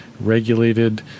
regulated